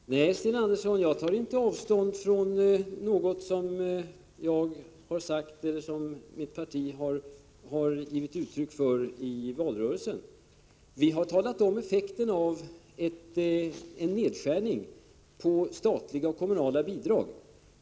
Herr talman! Nej, Sten Andersson, jag tar inte avstånd från något som jag har sagt eller som mitt parti har givit uttryck för i valrörelsen. Vi har talat om effekten av en nedskärning av statliga och kommunala bidrag.